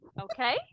Okay